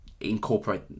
incorporate